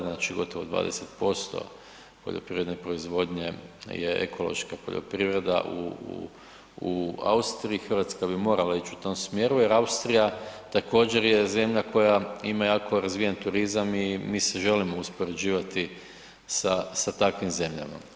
Znači, gotovo 20% poljoprivredne proizvodnje je ekološka poljoprivreda u, u, u Austriji, RH bi morala ić u tom smjeru jer Austrija također je zemlja koja ima jako razvijen turizam i mi se želimo uspoređivati sa, sa takvim zemljama.